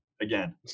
Again